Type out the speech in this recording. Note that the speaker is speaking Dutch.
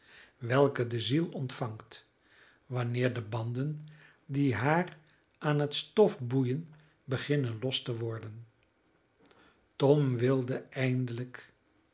welke de ziel ontvangt wanneer de banden die haar aan het stof boeien beginnen los te worden tom wilde eindelijk